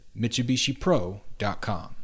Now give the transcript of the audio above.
mitsubishipro.com